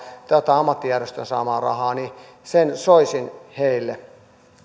ammattijärjestön saamasta rahasta niin sen soisin hänelle